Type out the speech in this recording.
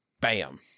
Bam